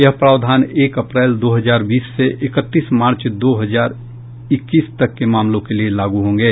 यह प्रावधान एक अप्रैल दो हजार बीस से इकतीस मार्च दो हजार इक्कीस तक के मामलों के लिए लागू होंगे